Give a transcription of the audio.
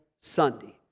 Sunday